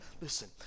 Listen